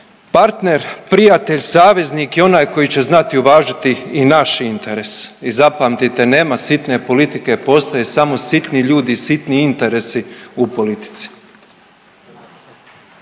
partner, prijatelj, saveznik je onaj koji će znati uvažiti i naše interese i zapamtite, nema sitne politike, postoje samo sitni ljudi i sitni interesi u politici.